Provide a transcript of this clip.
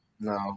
no